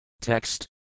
Text